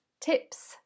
tips